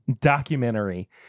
documentary